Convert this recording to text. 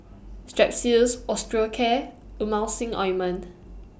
Strepsils Osteocare Emulsying Ointment